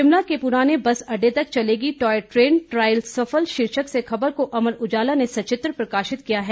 शिमला के पुराने बस अड्डे तक चलेगी टॉय ट्रेन ट्रायल सफल शीर्षक से खबर को अमर उजाला ने सचित्र प्रकाशित किया है